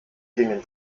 gingen